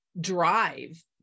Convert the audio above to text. drive